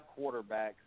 quarterbacks